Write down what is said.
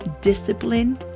discipline